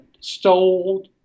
stole